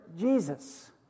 Jesus